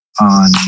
on